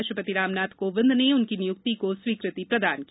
राष्ट्रपति रामनाथ कोविंद ने उनकी नियुक्ति को स्वीकृति प्रदान की